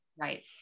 right